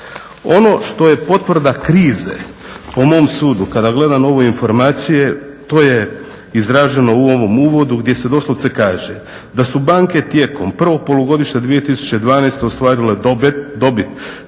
Ono što je potvrda krize, po mom sudu, kada gledam ove informacije to je izraženo u ovom uvodu gdje se doslovce kaže da su banke tijekom prvog polugodišta 2012. ostvarile dobit